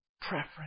Preference